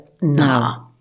nah